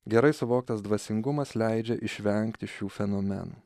gerai suvoktas dvasingumas leidžia išvengti šių fenomenų